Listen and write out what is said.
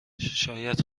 شاید